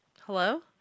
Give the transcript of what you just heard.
hello